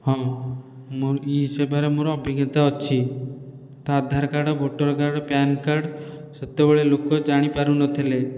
ହଁ ମୋର ଇ ସେବାରେ ମୋର ଅଭିଜ୍ଞତା ଅଛି ତା Aadhaar card voter card PAN card ସେତେବେଳେ ଲୋକ ଜାଣିପାରୁନଥିଲେ